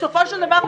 בסופו של דבר,